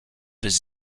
his